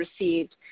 received